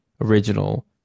original